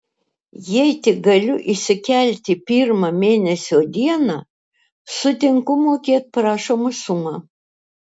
jei tik galiu įsikelti pirmą mėnesio dieną sutinku mokėt prašomą sumą